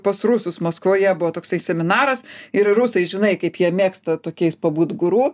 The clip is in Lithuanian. pas rusus maskvoje buvo toksai seminaras ir rusai žinai kaip jie mėgsta tokiais pabūti guru